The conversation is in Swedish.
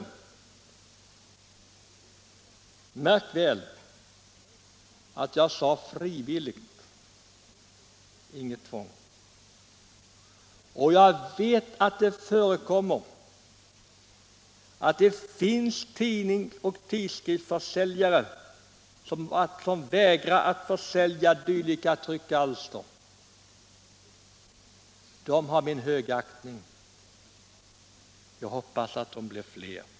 Märk väl att jag sade frivilligt — inget tvång. Jag vet att det finns tidnings och tidskriftsförsäljare som vägrar att sälja dylika tryckalster. De har min högaktning. Jag hoppas att de blir fler.